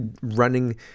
running